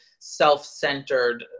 self-centered